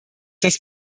das